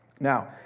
Now